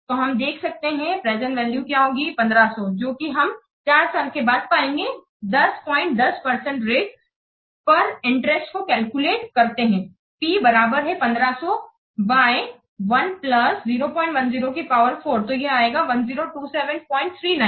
तो हम देख सकते हैं प्रेजेंट वैल्यू क्या होगी 1500 जो कि हम 4 साल के बाद पाएंगे 10 पॉइंट 10 परसेंटरेट पर इंटरेस्ट को कैलकुलेट करते हैं P बराबर है 1500 बाय 1 प्लस 010 की पावर 4 तो यह आएगा 102739